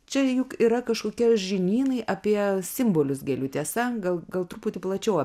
čia juk yra kažkokia žinynai apie simbolius gėlių tiesa gal gal truputį plačiau